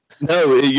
No